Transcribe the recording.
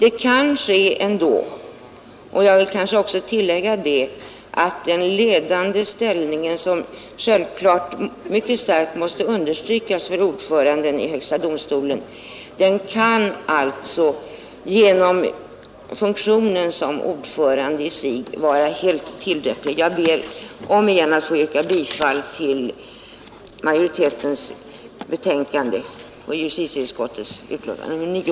En sådan åtgärd kan ändå vidtagas, och jag vill tillägga att vikten av en ledande ställning för ordföranden i högsta domstolen självfallet bör understrykas men att en sådan kan uppnås i fullt tillräcklig grad genom själva funktionen som ordförande. Jag ber återigen att få yrka bifall till utskottsmajoritetens hemställan i dess betänkande nr 9.